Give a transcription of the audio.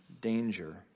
danger